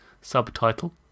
subtitle